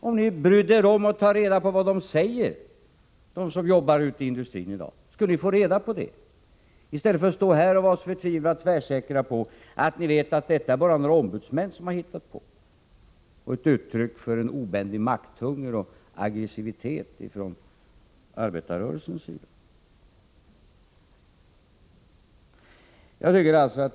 Om ni brydde er om att fråga vad de som jobbar i industrin i dag säger, skulle ni få reda på hur det förhåller sig, i stället för att stå här och vara så tvärsäkra på att det bara är några ombudsmän som har hittat på någonting och att det är ett uttryck för en obändig makthunger och aggressivitet från arbetarrörelsens sida.